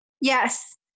Yes